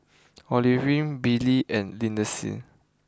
Olivine Billie and Lindsay